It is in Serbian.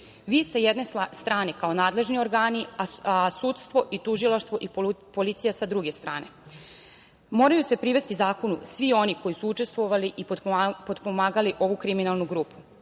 Vi sa jedne strane kao nadležni organi, a sudstvo, tužilaštvo i policija sa druge strane. Moraju se privesti zakonu svi oni koji su učestvovali i potpomagali ovu kriminalnu